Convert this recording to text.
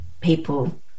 people